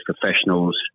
professionals